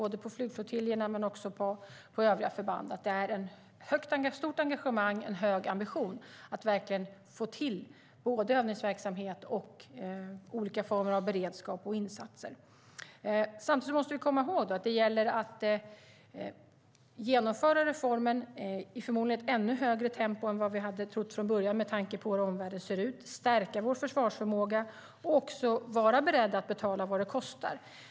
Vi ser på flygflottiljerna men också på övriga förband att det finns ett stort engagemang och en hög ambition för att verkligen få till både övningsverksamhet och olika former av beredskap och insatser. Vi måste samtidigt komma ihåg att det gäller att genomföra reformen i förmodligen ännu högre tempo än vi hade trott från början, med tanke på hur omvärlden ser ut. Det gäller att stärka vår försvarsförmåga och också vara beredda att betala vad det kostar.